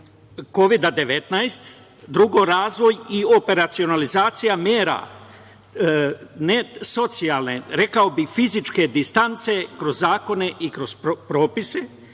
Kovida-19, drugo razvoj i operacionalizacija mera ne socijalne, rekao bih, fizičke distance kroz zakone i kroz propise.